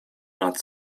nad